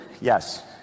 Yes